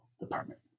department